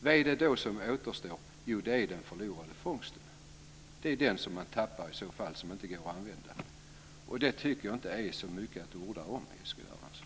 Vad är det som återstår? Jo, det är den förlorade fångsten. Det är den som man i så fall tappar, som inte går att använda. Det tycker jag inte är så mycket att orda om, Eskil Erlandsson.